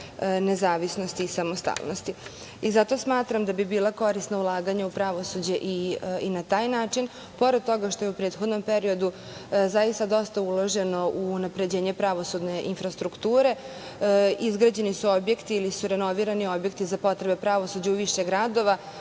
nezavisnosti i samostalnosti. Zato smatram da bi bilo korisno ulaganje u pravosuđe i na taj način, pored toga što je u prethodnom periodu zaista dosta uloženo u unapređenje pravosudne infrastrukture, izgrađeni su objekti ili su renovirani objekti za potrebe pravosuđa u više gradova,